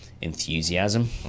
enthusiasm